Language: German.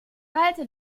kalte